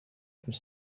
peut